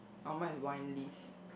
oh mine is wine list